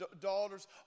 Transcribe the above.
daughters